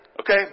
Okay